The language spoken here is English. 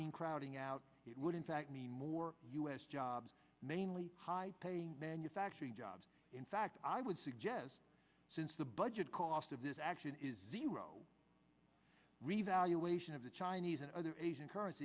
mean crowding out it would in fact mean more u s jobs mainly high paying manufacturing jobs in fact i would suggest since the budget cost of this action is zero revaluation of the chinese and other asian